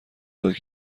داد